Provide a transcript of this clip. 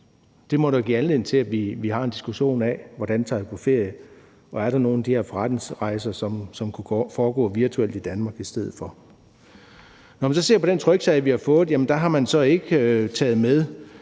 Det må da give anledning til, at vi har en diskussion af, hvordan vi tager på ferie, og om der er nogle af de her forretningsrejser, som kunne foregå virtuelt i Danmark i stedet for. Når vi så ser på den tryksag, vi har fået, har man ikke taget en